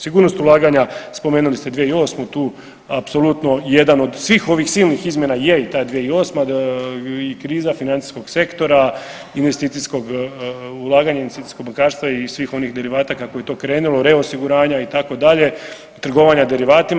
Sigurnost ulaganja, spomenuli ste 2008. tu apsolutno jedan od svih ovih silnih izmjena je i ta 2008. i kriza financijskog sektora, investicijskog ulaganja, investicijskog bankarstva i svih onih derivata kako je to krenulo, reosiguranja itd., trgovanja derivatima.